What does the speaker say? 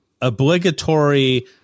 obligatory